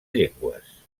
llengües